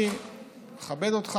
אני מכבד אותך,